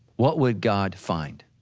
what would god find?